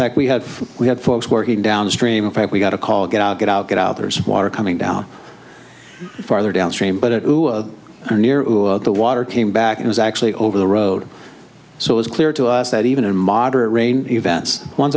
fact we had we had folks working downstream in fact we got a call get out get out get out there's water coming down farther downstream but it was near the water came back and was actually over the road so it was clear to us that even in moderate rain events one